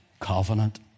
covenant